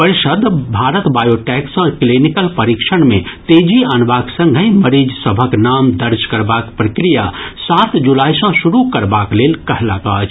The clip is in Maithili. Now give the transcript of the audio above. परिषद भारत बायोटैक सँ क्लिीनिकल परीक्षण मे तेजी आनबाक संगहि मरीज सभक नाम दर्ज करबाक प्रक्रिया सात जुलाई सँ शुरू करबाक लेल कहलक अछि